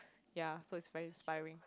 yea so is very inspiring